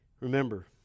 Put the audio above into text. Remember